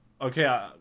Okay